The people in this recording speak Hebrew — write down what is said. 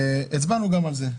והצבענו גם על זה.